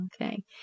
Okay